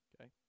okay